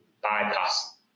bypass